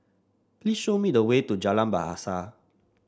please show me the way to Jalan Bahasa